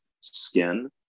skin